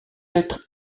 être